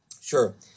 Sure